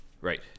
Right